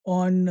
on